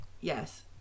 Yes